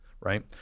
right